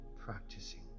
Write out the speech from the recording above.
practicing